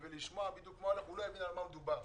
ולשמוע מה בדיוק הולך - הוא לא יבין על מה מדובר.